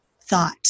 thought